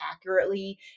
accurately